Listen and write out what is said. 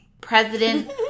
President